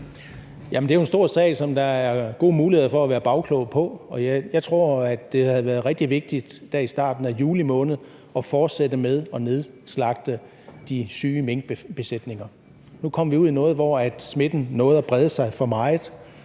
Det er jo en stor sag, som der er gode muligheder for at være bagklog på. Jeg tror, at det havde været rigtig vigtigt der i starten af juli måned at fortsætte med at nedslagte de syge minkbesætninger. Nu kom vi ud i noget, hvor smitten nåede at brede sig for meget